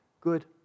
good